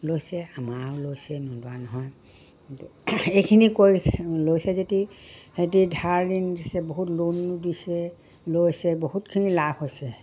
লৈছে আমাৰো লৈছে নোলোৱা নহয় কিন্তু এইখিনি কৈছে লৈছে যদি সিহঁতি ধাৰ ঋণ দিছে বহুত লোন দিছে লৈছে বহুতখিনি লাভ হৈছে